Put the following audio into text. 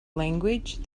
language